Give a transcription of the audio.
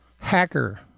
hacker